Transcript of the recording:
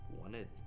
wanted